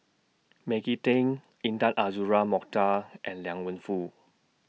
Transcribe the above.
Maggie Teng Intan Azura Mokhtar and Liang Wenfu